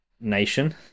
nation